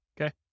okay